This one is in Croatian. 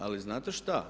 Ali znate šta?